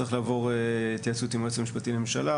צריך לעבור התייעצות עם היועץ המשפטי לממשלה